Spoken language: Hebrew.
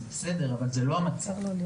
אבל זה לא המצב.